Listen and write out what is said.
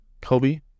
Kobe